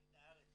אני יליד הארץ,